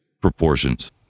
proportions